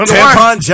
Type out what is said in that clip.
Tampon